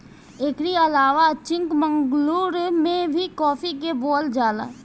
एकरी अलावा चिकमंगलूर में भी काफी के बोअल जाला